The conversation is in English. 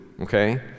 okay